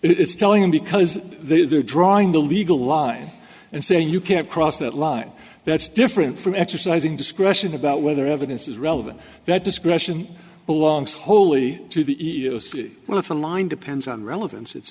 it's telling them because they're drawing the legal line and saying you can't cross that line that's different from exercising discretion about whether evidence is relevant that discretion belongs wholly to the e e o c well it's a line depends on relevance it's